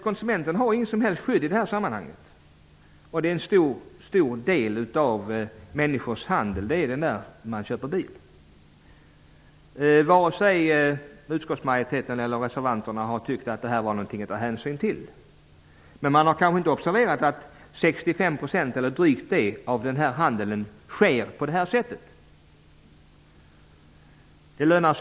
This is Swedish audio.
Konsumenten har alltså inget som helst skydd i detta sammanhang, trots att bilköp utgör en stor del av människors handel. Varken utskottsmajoriteten eller reservanterna har tyckt att det här var något att ta hänsyn till, men man har kanske inte observerat att 65 % eller drygt det av den här handeln sker på det här sättet. Herr talman!